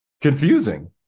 confusing